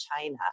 China